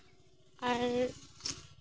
ᱟᱨ